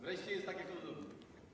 Wreszcie jest tak, jak on lubi.